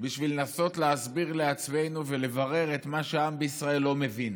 בשביל לנסות להסביר לעצמנו ולברר את מה שהעם בישראל לא מבין: